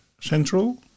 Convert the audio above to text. central